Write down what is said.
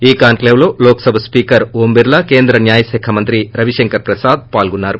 ఈ కాన్క్లేవ్లో లోక్సభ స్పీకర్ ఓం చిర్లా కేంద్ర న్యాయ న్యాయ శాఖ మంత్రి రవిశంకర్ ప్రసాద్ పాల్గొన్నారు